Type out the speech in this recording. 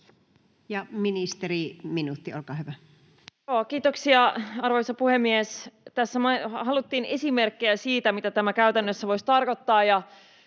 Content: Joo, kiitoksia, arvoisa puhemies! Tässä haluttiin esimerkkejä siitä, mitä tämä käytännössä voisi tarkoittaa.